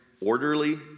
orderly